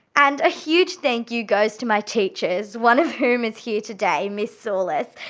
and a huge thank you goes to my teachers, one of whom is here today, miss sullis.